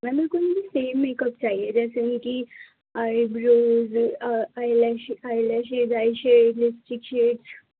میم بالکل ہی same makeup چاہیے جیسے اِن کی eyebrows eyelash eyelashes eye shade lipstick shade